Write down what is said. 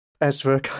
Ezra